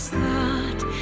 thought